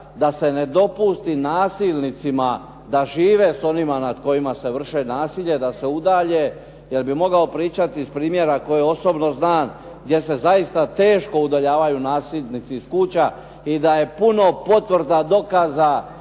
da se ne dopusti nasilnicima da žive s onima nad kojima se vrše nasilje, da se udalje, jer bi mogao pričati iz primjera koji osobno znam, gdje se zaista teško udaljavaju nasilnicima iz kuća i da je puno potvrda, dokaza,